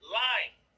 lying